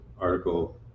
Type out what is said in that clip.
article